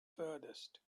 furthest